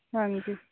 ਹਾਂਜੀ